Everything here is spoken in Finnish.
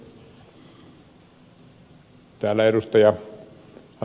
täällä ed